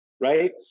right